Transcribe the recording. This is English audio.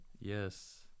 yes